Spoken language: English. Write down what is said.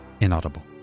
inaudible